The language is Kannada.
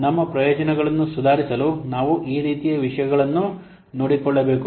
ಆದ್ದರಿಂದ ನಮ್ಮ ಪ್ರಯೋಜನಗಳನ್ನು ಸುಧಾರಿಸಲು ನಾವು ಈ ರೀತಿಯ ವಿಷಯಗಳನ್ನು ನೋಡಿಕೊಳ್ಳಬೇಕು